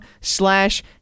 slash